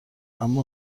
اما